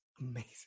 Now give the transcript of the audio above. amazing